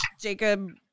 Jacob